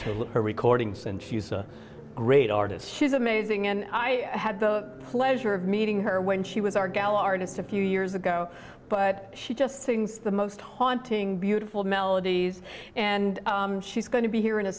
to her recordings and she's a great artist she's amazing and i had the pleasure of meeting her when she was our gal artist a few years ago but she just sings the most haunting beautiful melodies and she's going to